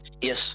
Yes